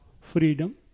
freedom